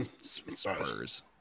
Spurs